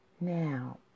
Now